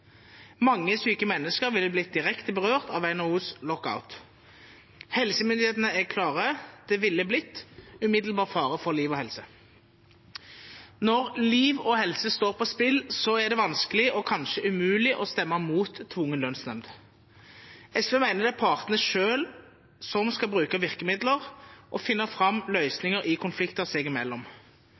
Mange syke mennesker ville blitt direkte berørt av NHOs lockout. Helsemyndighetene er klare: Det ville blitt umiddelbar fare for liv og helse. Når liv og helse står på spill, er det vanskelig, og kanskje umulig, å stemme mot tvungen lønnsnemnd. SV mener det er partene selv som skal bruke virkemidler og finne fram til løsninger i konflikter seg imellom.